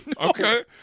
Okay